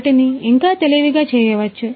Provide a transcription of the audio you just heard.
వాటిని ఇంకా తెలివిగా చేయవచ్చు